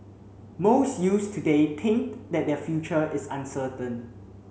most youths today think that their future is uncertain